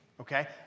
okay